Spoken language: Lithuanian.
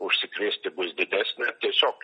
užsikrėsti bus didesnė tiesiog